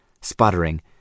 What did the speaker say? sputtering